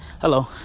Hello